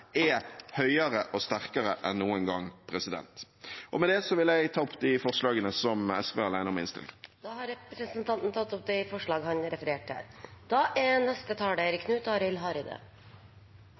er høyere og sterkere enn noen gang. Med det vil jeg ta opp det forslaget som SV er alene om i innstillingen til sak nr. 7. Representanten Audun Lysbakken har tatt opp det forslaget han refererte til.